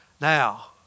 Now